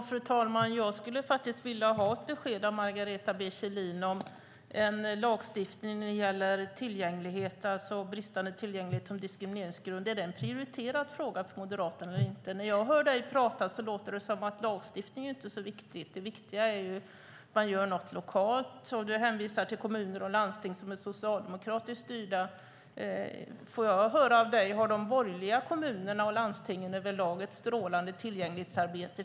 Fru talman! Jag skulle vilja ha ett besked av Margareta B Kjellin om en lagstiftning som gäller bristande tillgänglighet som diskrimineringsgrund är en prioriterad fråga för Moderaterna. När jag hör Margareta B Kjellin tala låter det som att lagstiftning inte är så viktigt, utan det viktiga är att man gör något lokalt. Margareta hänvisar till kommuner och landsting som är socialdemokratiskt styrda. Har de borgerliga kommunerna och landstingen över lag ett strålande tillgänglighetsarbete?